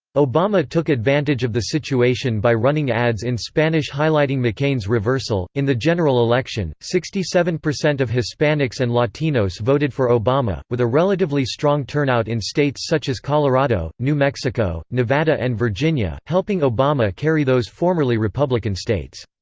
obama took advantage of the situation by running ads in spanish highlighting mccain's reversal in the general election, sixty seven percent of hispanics and latinos voted for obama. obama. with a relatively strong turnout in states such as colorado, new mexico, nevada and virginia, helping obama carry those formerly republican states.